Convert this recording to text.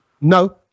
No